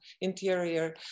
interior